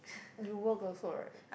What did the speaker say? you work also right